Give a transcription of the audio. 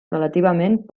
relativament